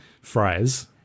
fries